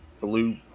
blue